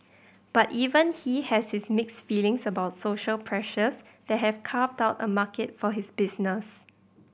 but even he has has mixed feelings about social pressures that have carved out a market for his business